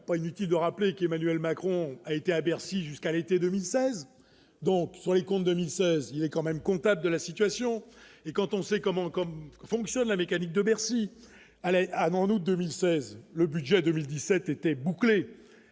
pas inutile de rappeler qu'Emmanuel Macron a été à Bercy jusqu'à l'été 2016, donc sur les comptes 2016 il y a quand même constat de la situation et quand on sait comment comme fonctionne la mécanique de merci à La Hague, en août 2016, le budget 2017 était bouclé